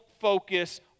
focus